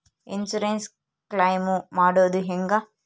Insurance claim ಮಾಡೋದು ಹೆಂಗ?